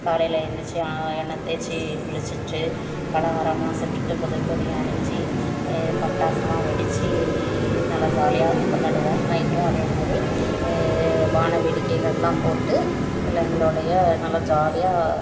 காலையில எழுந்திருச்சி எண்ணெய் தேய்ச்சி குளிச்சுட்டு பலகாரம்லாம் சுட்டுட்டு புது துணி அணிஞ்சு பட்டாசுலாம் வெடித்து நல்லா ஜாலியாக கொண்டாடுவோம் நைட்டும் அதேமாரி வாண வேடிக்கைகள்லாம் போட்டு பிள்ளைங்களோடயே நல்லா ஜாலியாக